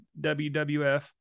WWF